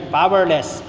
powerless